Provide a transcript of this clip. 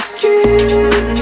Skin